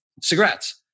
cigarettes